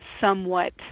somewhat—